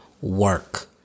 work